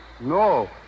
No